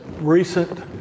recent